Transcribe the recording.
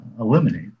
eliminate